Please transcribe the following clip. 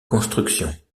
construction